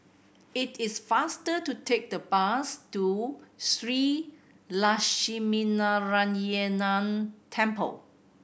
it is faster to take the bus to Shree Lakshminarayanan Temple